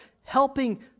helping